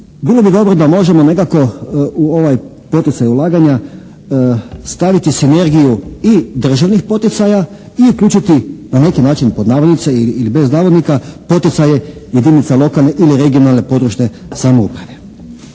Bilo bi dobro da možemo nekako u ovaj poticaj ulaganja staviti sinergiju i državnih poticaja i uključiti na neki način pod navodnicima ili bez navodnika poticaje jedinica lokalne ili regionalne područne samouprave.